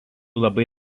labai